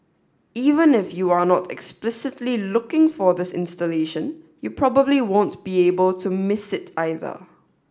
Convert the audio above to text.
even if you are not explicitly looking for this installation you probably won't be able to miss it either